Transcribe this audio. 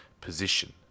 position